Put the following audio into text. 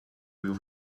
will